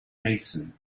mason